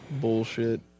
bullshit